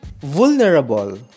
vulnerable